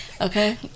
Okay